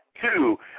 two